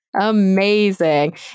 Amazing